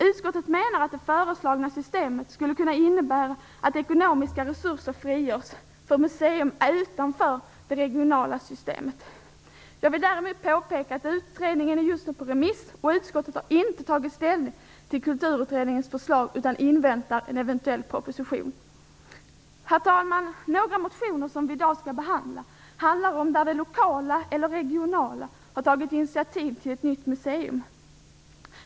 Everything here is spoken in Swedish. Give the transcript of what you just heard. Utskottet menar att det föreslagna systemet skulle kunna innebära att ekonomiska resurser frigörs för museer utanför det regionala systemet. Men jag vill påpeka att utredningen just nu är ute på remiss och att utskottet inte har tagit ställning till Kulturutredningens förslag utan inväntar en eventuell proposition. Herr talman! Några motioner som vi i dag skall behandla gäller lokala eller regionala initiativ till nya museer.